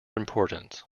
importance